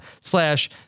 slash